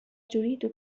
تريد